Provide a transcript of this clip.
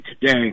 today